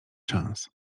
szans